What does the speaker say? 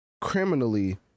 criminally